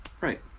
right